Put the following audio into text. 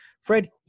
Fred